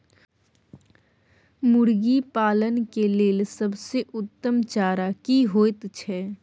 मुर्गी पालन के लेल सबसे उत्तम चारा की होयत छै?